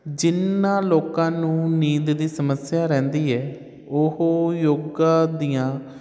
ਜਿਨਾਂ ਲੋਕਾਂ ਨੂੰ ਨੀਂਦ ਦੀ ਸਮੱਸਿਆ ਰਹਿੰਦੀ ਹੈ ਉਹ ਯੋਗਾ ਦੀਆਂ